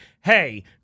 hey